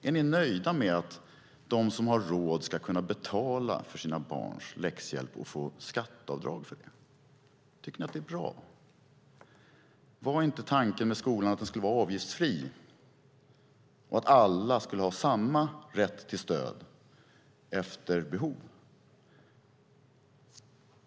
Är ni nöjda med att de som har råd ska kunna betala för sina barns läxhjälp och få skatteavdrag för det? Tycker ni att det är bra? Var inte tanken med skolan att den skulle vara avgiftsfri och att alla skulle ha samma rätt till stöd efter behov?